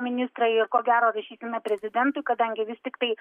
ministrą ir ko gero rašysime prezidentui kadangi vis tiktai